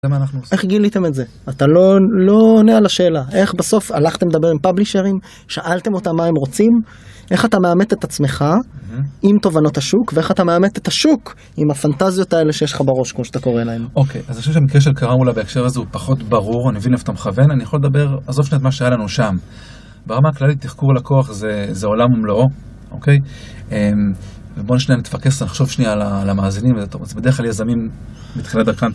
איך גיליתם את זה? אתה לא עונה על השאלה. איך בסוף הלכתם לדבר עם פאבלישרים, שאלתם אותם מה הם רוצים, איך אתה מאמת את עצמך עם תובנות השוק, ואיך אתה מאמת את השוק עם הפנטזיות האלה שיש לך בראש, כמו שאתה קורא להם. אוקיי, אז אני חושב שהמקרה שקראנו לה בהקשר הזה הוא פחות ברור, אני מבין איפה אתה מכוון, אני יכול לדבר, עזוב שנייה את מה שהיה לנו שם. ברמה הכללית תחקור לקוח זה עולם מומלאו, אוקיי? בואו נשניה נתפקס, נחשוב שנייה על המאזינים, בדרך כלל יזמים בתחילת דרכם.